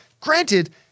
Granted